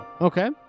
Okay